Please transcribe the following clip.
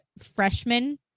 freshman